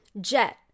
Jet